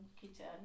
kitchen